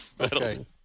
okay